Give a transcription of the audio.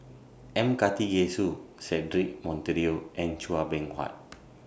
M Karthigesu Cedric Monteiro and Chua Beng Huat